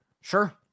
Sure